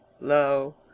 low